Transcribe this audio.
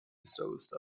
disposed